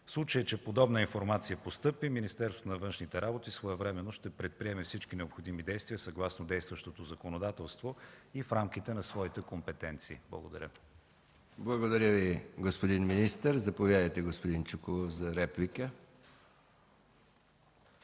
В случай, че подобна информация постъпи, Министерството на външните работи своевременно ще предприеме всички необходими действия, съгласно действащото законодателство и в рамките на своите компетенции. Благодаря. ПРЕДСЕДАТЕЛ МИХАИЛ МИКОВ: Благодаря Ви, господин министър. Заповядайте, господин Чуколов, за реплика.